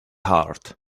hurt